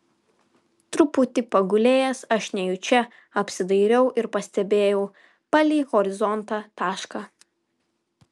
truputį pagulėjęs aš nejučia apsidairiau ir pastebėjau palei horizontą tašką